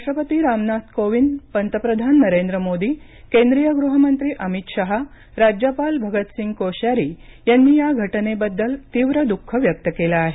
राष्ट्रपती रामनाथ कोविंद पंतप्रधान नरेंद्र मोदी केंद्रीय गृहमंत्री अमित शहा राज्यपाल भगतसिंग कोश्यारी यांनी या घटनेबद्दल तीव्र दुःख व्यक्त केलं आहे